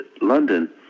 London